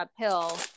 uphill